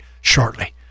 shortly